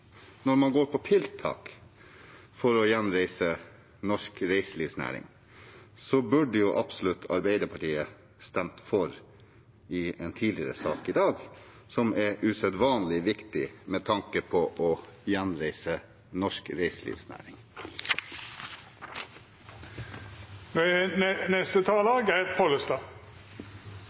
når det gjelder tiltak for å gjenreise norsk reiselivsnæring, bør absolutt Arbeiderpartiet stemme for en sak vi behandlet tidligere i dag, som er usedvanlig viktig med tanke på å gjenreise norsk reiselivsnæring. For Senterpartiet er